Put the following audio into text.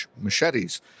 machetes